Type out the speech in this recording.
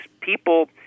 people